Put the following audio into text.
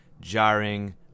jarring